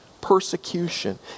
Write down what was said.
persecution